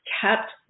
kept